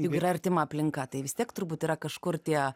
juk yra artima aplinka tai vis tiek turbūt yra kažkur tie